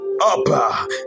Up